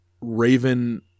Raven